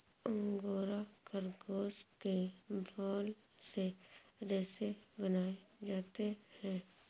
angora खरगोश के बाल से रेशे बनाए जाते हैं